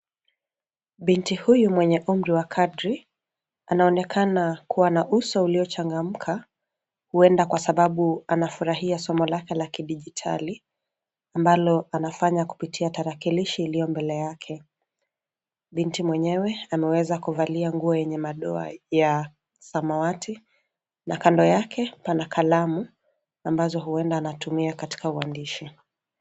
Binti huyu mwenye umri wa kadri anaonekana kuwa na uso uliochangamka. Huenda kwa sababu anafurahia somo lake la kidigitali ambalo anafanya kupitia tarakilishi ilio mbele yake. Binti mwenyewe ameweza kuvalia nguo yenye madoa ya samawati na kando yake pana kalamu ambazo huenda anatumia katika uandishi.